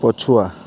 ପଛୁଆ